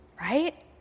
right